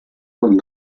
con